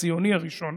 הציוני הראשון,